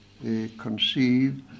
conceive